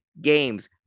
games